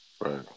Right